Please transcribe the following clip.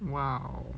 !wow!